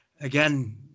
again